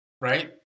right